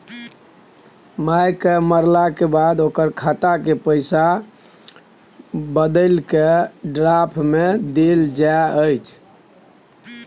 मायक मरलाक बाद ओकर खातक पैसाक बदला डिमांड ड्राफट दए देलकै